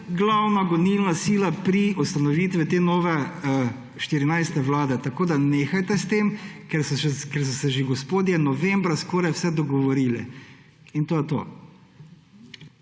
glavna gonilna sila pri ustanovitvi te nove 14 vlade. Tako, da nehajte s tem, ker so se že gospodje novembra skoraj vse dogovorili in to je to.